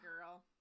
girl